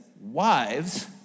wives